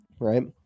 Right